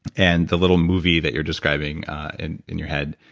and the little movie that you're describing and in your head,